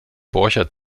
borchert